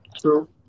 True